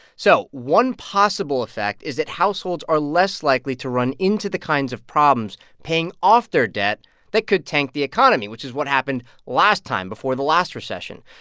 so one possible effect is that households are less likely to run into the kinds of problems paying off their debt that could tank the economy, which is what happened last time before the last recession.